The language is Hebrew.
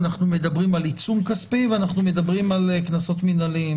אנחנו מדברים על עיצום כספי ואנחנו מדברים על קנסות מנהליים.